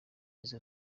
izo